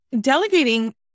delegating